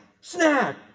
snack